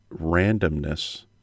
randomness